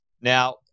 Now